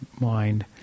mind